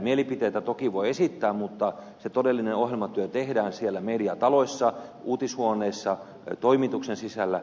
mielipiteitä toki voi esittää mutta se todellinen ohjelmatyö tehdään siellä mediataloissa uutishuoneissa toimituksen sisällä